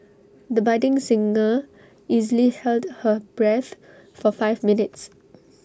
the budding singer easily held her breath for five minutes